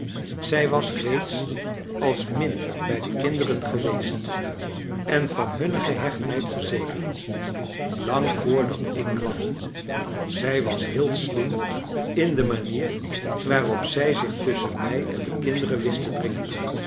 zij was reeds als min bij de kinderen geweest en van hunne gehechtheid verzekerd lang voordat ik kwam zij was heel slim in de manier waarop zij zich tusschen mij en de kinderen wist te dringen